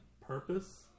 purpose